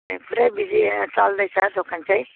ए पुरै बिजी चल्दैछ दोकान चाहिँ